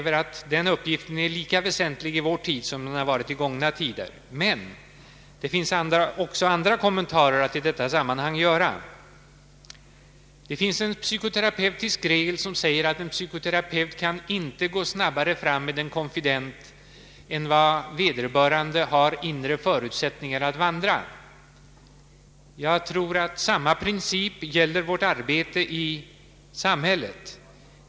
Den uppgiften är lika väsentlig i vår tid som den har varit i gångna tider. Men det finns också andra kommentarer att göra i detta sammanhang. Det finns en psykoterapeutisk regel som säger att en psykoterapeut inte kan gå snabbare fram med en konfident än vad vederbörande har inre förutsättningar att vandra. Jag tror att samma Princip gäller vårt arbete i samhället.